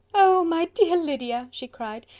oh! my dear lydia, she cried,